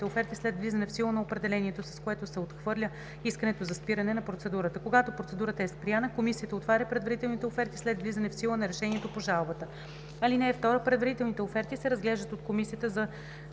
предварителните оферти след влизането в сила на определението, с което се отхвърля искането за спиране на процедурата. Когато процедурата е спряна, комисията отваря предварителните оферти след влизането в сила на решението по жалбата. (2) Предварителните оферти се разглеждат от комисията за